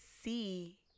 see